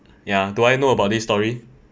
ya do I know about this story